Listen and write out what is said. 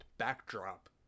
Backdrop